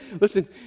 listen